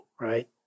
right